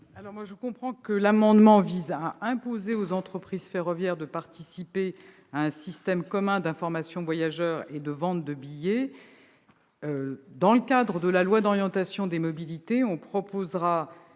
? Cet amendement vise à imposer aux entreprises ferroviaires de participer à un système commun d'information des voyageurs et de vente de billets. Dans le cadre de la loi d'orientation sur les mobilités, nous proposerons